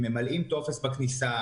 הם ממלאים טופס בכניסה,